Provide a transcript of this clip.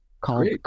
called